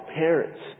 parents